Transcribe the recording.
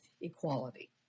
equality